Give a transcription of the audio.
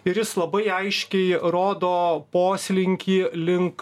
ir jis labai aiškiai rodo poslinkį link